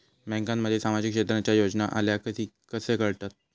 बँकांमध्ये सामाजिक क्षेत्रांच्या योजना आल्या की कसे कळतत?